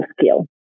skill